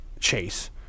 chase